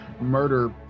murder